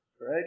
right